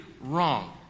wrong